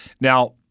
Now